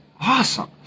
awesome